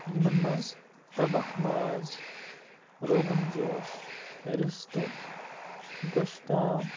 یِمَن منٛز تَبَکھ ماز روغَن جوش رِستہٕ گۄشتاب